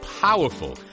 powerful